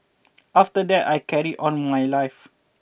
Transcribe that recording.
after that I carried on my life